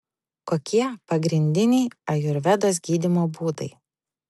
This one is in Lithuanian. kokie pagrindiniai ajurvedos gydymo būdai